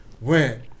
went